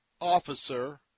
officer